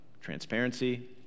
transparency